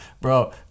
bro